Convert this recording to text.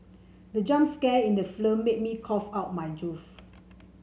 the jump scare in the film made me cough out my juice